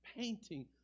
painting